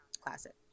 classic